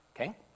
Okay